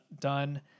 done